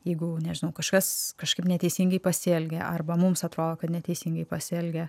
jeigu nežinau kažkas kažkaip neteisingai pasielgia arba mums atrodo kad neteisingai pasielgę